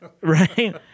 right